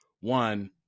one